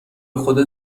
خودت